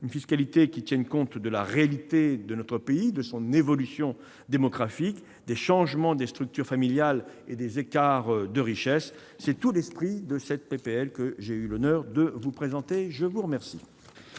Une fiscalité qui tienne compte de la réalité de notre pays, de son évolution démographique, des changements des structures familiales et des écarts de richesses. C'est tout l'esprit de cette proposition de loi. La parole est à M. le rapporteur.